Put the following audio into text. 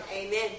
Amen